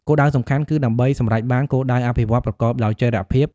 គោលដៅសំខាន់គឺដើម្បីសម្រេចបាន គោលដៅអភិវឌ្ឍន៍ប្រកបដោយចីរភាព។